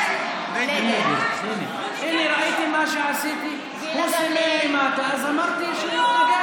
אני מדגיש מה שהוא אמר, חברת הכנסת קטי שטרית.